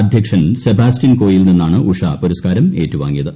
അധ്യക്ഷൻ സെബാസ്റ്റ്യൻ കോയിൽ നിന്നാണ് ഉഷ പുരസ്കാരം ഏറ്റുവാങ്ങിയത്